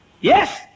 Yes